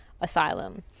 asylum